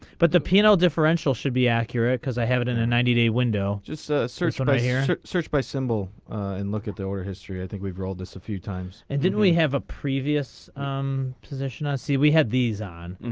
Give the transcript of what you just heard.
but the panel differential should be accurate because i have it in a ninety day window just search but right here search by symbol and look at the order history i think we rolled this a few times and then we have a previous position i see we had these on.